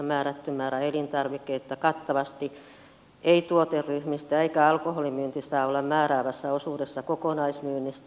määrätty määrä elintarvikkeita kattavasti eri tuoteryhmistä eikä alkoholin myynti saa olla määräävässä osuudessa kokonaismyynnistä